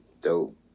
dope